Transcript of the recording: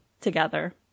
together